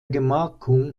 gemarkung